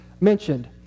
mentioned